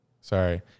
Sorry